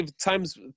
Times